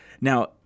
Now